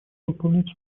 выполнять